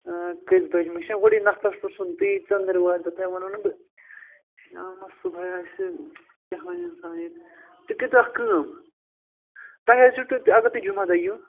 آ کٔژِ بَجہِ مےٚ چھُناہ گۄڈٕ یہِ نَفرَس پرٕٛژھُن بیٚیہِ ژٔنٛدٕروارِ دۄہ تۄہہِ ونونا بہٕ یا ما صُبحٲے آسہِ کیٛاہ وَنہِ اِنسان ییٚتہِ تُہۍ کٔرۍتو اَکھ کٲم تۄہہِ حظ چھُو تۄتہِ اگر تُہۍ جُمعہ دَۄہ یِیِو